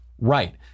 Right